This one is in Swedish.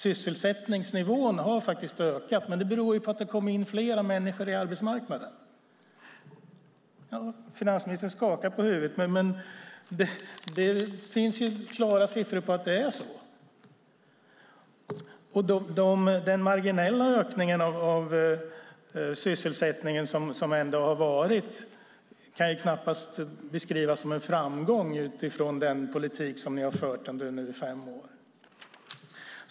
Sysselsättningsnivån har faktiskt ökat, men det beror ju på att det kommer in flera människor i arbetsmarknaden. Finansministern skakar på huvudet, men det finns klara siffror på att det är så. Den marginella ökning av sysselsättningen som ändå har varit kan knappast beskrivas som en framgång utifrån den politik som ni nu har fört under fem år.